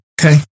okay